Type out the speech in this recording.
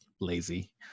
lazy